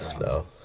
No